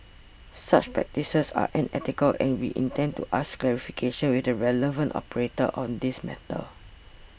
such practices are unethical and we intend to seek clarification with the relevant operator on this matter